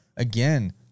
Again